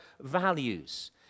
values